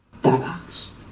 Badass